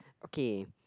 okay